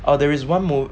or there is one more